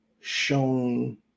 shown